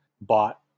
bought